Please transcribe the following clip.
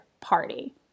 party